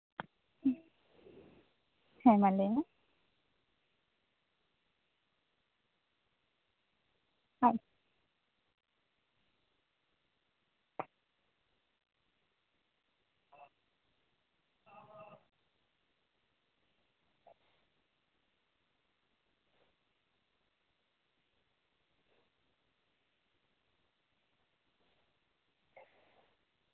ᱦᱮᱸ ᱢᱟ ᱞᱟᱹᱭ ᱢᱮ ᱦᱩᱸ